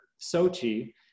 Sochi